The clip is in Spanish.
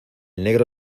negro